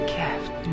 gift